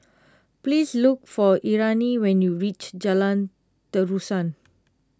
please look for Irena when you reach Jalan Terusan